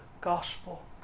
Gospel